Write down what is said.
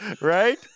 right